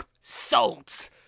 salt